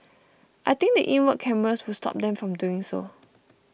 I think the inward cameras would stop them from doing so